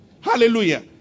Hallelujah